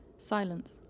Silence